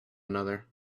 another